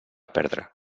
perdre